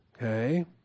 Okay